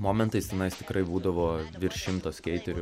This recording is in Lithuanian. momentais tenais tikrai būdavo virš šimto skeiterių